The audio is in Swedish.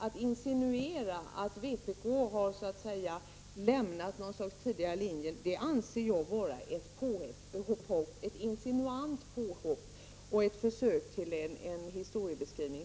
Att insinuera att vpk har så att säga lämnat en tidigare linje anser jag vara ett insinuant påhopp och ett försök till en falsk historiebeskrivning.